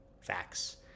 facts